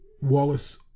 Wallace